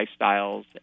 lifestyles